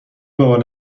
باور